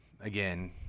again